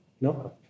No